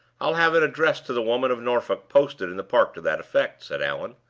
i'll have an address to the women of norfolk posted in the park to that effect, said allan.